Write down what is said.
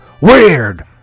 weird